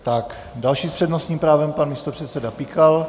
Tak další s přednostním právem, pan místopředseda Pikal.